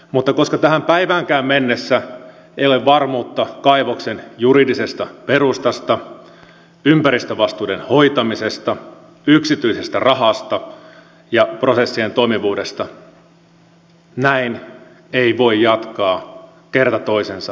mutta koska tähän päiväänkään mennessä ei ole varmuutta kaivoksen juridisesta perustasta ympäristövastuiden hoitamisesta yksityisestä rahasta ja prosessien toimivuudesta näin ei voi jatkaa kerta toisensa jälkeen